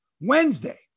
Wednesday